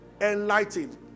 enlightened